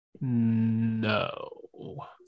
no